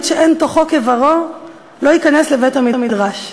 שאין תוכו כברו לא ייכנס לבית-המדרש.